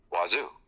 Wazoo